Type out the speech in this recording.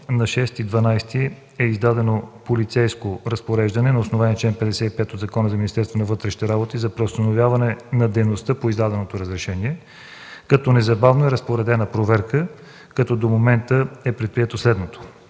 2012 г. е издадено полицейско разпореждане на основание чл. 55 от Закона за Министерството на вътрешните работи за преустановяване на дейността по издаденото разрешение, като незабавно е разпоредена проверка. До момента е предприето следното: